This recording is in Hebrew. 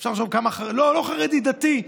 אפשר לחשוב כמה, לא חרדי, דתי.